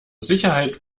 sicherheit